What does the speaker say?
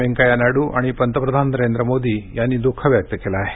वेंकय्या नायडू आणि पंतप्रधान नरेंद्र मोदी यांनी दुःख व्यक्त केलं आहे